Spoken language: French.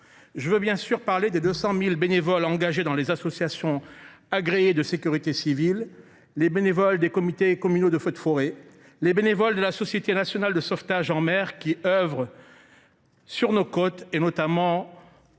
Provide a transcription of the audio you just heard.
Je veux bien sûr parler des 200 000 bénévoles engagés dans les associations agréées de sécurité civile, des bénévoles des comités communaux feux de forêt, des bénévoles de la Société nationale de sauvetage en mer, qui œuvrent sur nos côtes, notamment